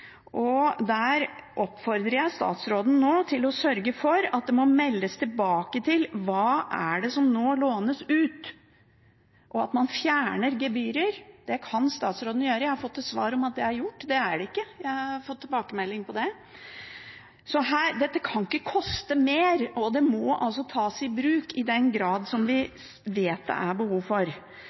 oppfordrer statsråden nå til å sørge for at det må meldes tilbake om hva det er som lånes ut, og at man fjerner gebyrer. Det kan statsråden gjøre. Jeg har fått til svar at det er gjort. Det er det ikke, jeg har fått tilbakemelding om det. Dette kan ikke koste mer, og det må tas i bruk, i den grad vi vet det er behov for